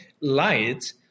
light